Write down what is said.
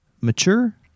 mature